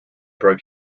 broke